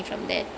mm